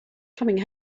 coming